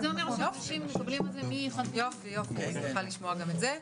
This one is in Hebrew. אני שמחה לשמוע גם את זה.